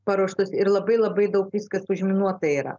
paruoštas ir labai labai daug viskas užminuota yra